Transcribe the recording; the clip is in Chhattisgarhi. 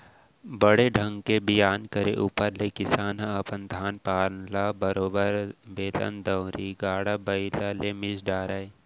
बने ढंग के बियान करे ऊपर ले किसान ह अपन धान पान ल बरोबर बेलन दउंरी, गाड़ा बइला ले मिस डारय